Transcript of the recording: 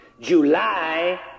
July